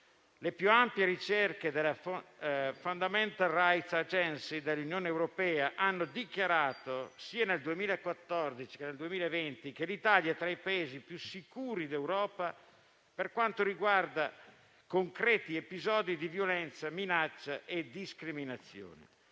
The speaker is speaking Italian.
Union Agency for Fundamental Rights (FRA) dell'Unione europea hanno rivelato, sia nel 2014, sia nel 2020, che l'Italia è tra i Paesi più sicuri d'Europa per quanto riguarda concreti episodi di violenza, minaccia e discriminazione.